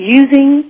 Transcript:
using